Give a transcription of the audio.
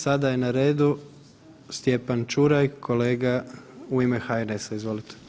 Sada je na redu Stjepan Čuraj, kolega u ime HNS-a, izvolite.